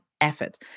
effort